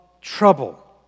trouble